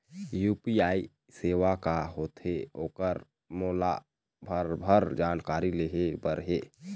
UPI सेवा का होथे ओकर मोला भरभर जानकारी लेहे बर हे?